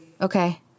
Okay